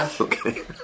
Okay